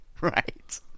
Right